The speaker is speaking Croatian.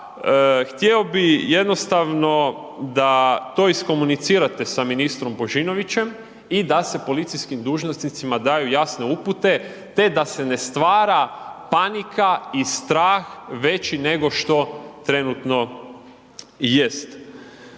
htio bih da jednostavno to iskomunicirate sa ministrom Božinovićem i da se policijskim dužnosnicima daju jasne upute, te da se ne stvara panika i strah veći nego što trenutno jest.